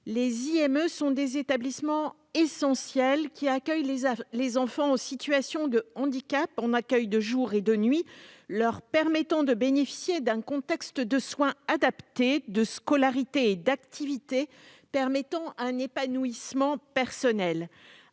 Les IME sont des établissements essentiels, qui accueillent les enfants en situation de handicap en accueil de jour et de nuit, leur permettant de bénéficier d'un contexte de soins adapté, de scolarité et d'activités permettant un épanouissement personnel.